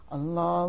Allah